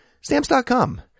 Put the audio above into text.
stamps.com